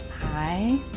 Hi